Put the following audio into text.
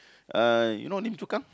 uh you know Lim-Chu-Kang